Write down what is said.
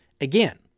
again